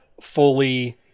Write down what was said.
fully